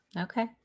Okay